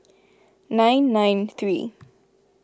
nine nine three